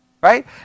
Right